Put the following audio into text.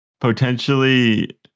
potentially